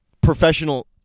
professional